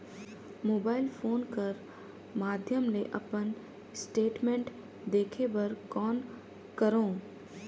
Mobile phone कर माध्यम ले अपन स्टेटमेंट देखे बर कौन करों?